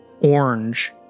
orange